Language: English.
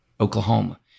Oklahoma